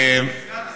סגן השר,